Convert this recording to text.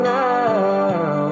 now